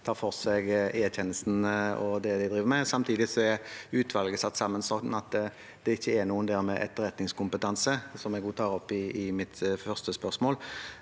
ta for seg Etjenesten og det de driver med. Samtidig er utvalget satt sammen slik at det ikke er noen med etterretningskompetanse der, som jeg også tok opp i mitt første spørsmål.